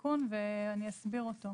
תיקון ואני אסביר אותו.